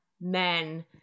men